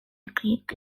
creek